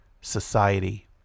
society